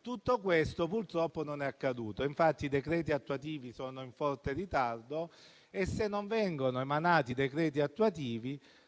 Tutto questo, purtroppo, non è accaduto, infatti i decreti attuativi sono in forte ritardo e se non vengono emanati